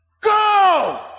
Go